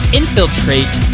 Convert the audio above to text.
infiltrate